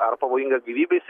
ar pavojinga gyvybės